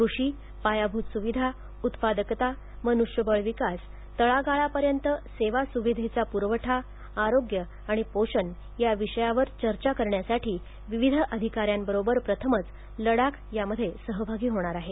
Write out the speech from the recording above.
कृषी पायाभूत सुविधा उत्पादकता मनुष्यबळ विकास तळागाळापर्यंत सेवा सुविधेचा पुरवठा आणि आरोग्य आणि पोषण या विषयांवर चर्चा करण्यासाठी विविध अधिकाऱ्याबरोबर प्रथमच लडाख सहभागी होणार आहेत